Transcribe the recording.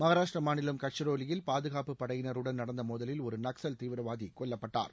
மகாராஷ்ட்ரா மாநிலம் கட்ச்ரோலியில் பாதுகாப்புப் படையினருடன் நடந்த மோதலில் ஒரு நக்ஸல் தீவிரவாதி கொல்லப்பட்டார்